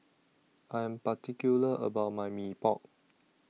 I Am particular about My Mee Pok